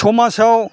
समाजाव